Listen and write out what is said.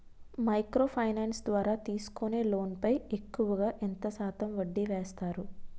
Micro finance ద్వారా తీసుకునే loan పై ఎక్కువుగా ఎంత శాతం వడ్డీ వేస్తారు?